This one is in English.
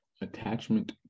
attachment